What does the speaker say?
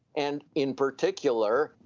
and in particular,